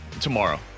tomorrow